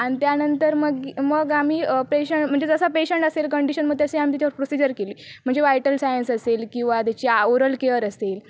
आणि त्यानंतर मग मग आम्ही पेशन्ट म्हणजे जसा पेशन्ट असेल कंडिशनमध्ये तसे आम्ही त्याच्यावर प्रोसिजर केली म्हणजे व्हायटल सायन्स असेल किंवा त्याच्या ओरलकेअर असेल